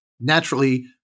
naturally